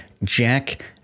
Jack